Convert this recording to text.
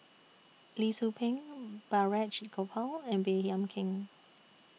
Lee Tzu Pheng Balraj Gopal and Baey Yam Keng